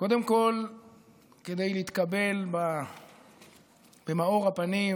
קודם כול כדי להתקבל במאור הפנים,